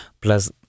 Plus